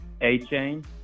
A-Chain